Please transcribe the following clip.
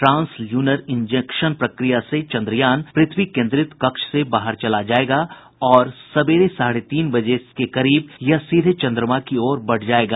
trans lunar injection प्रक्रिया से चन्द्रयान प्रथ्वी केन्द्रित कक्ष से बाहर चला जायेगा और सवेरे साढ़े तीन बजे के करीब यह सीधे चन्द्रमा की ओर बढ़ जायेगा